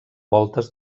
voltes